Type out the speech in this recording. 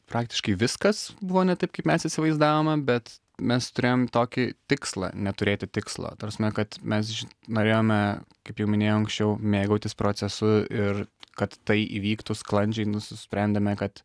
praktiškai viskas buvo ne taip kaip mes įsivaizdavome bet mes turėjom tokį tikslą neturėti tikslo ta prasme kad mes ži norėjome kaip jau minėjau anksčiau mėgautis procesu ir kad tai įvyktų sklandžiai nusprendėme kad